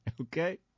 okay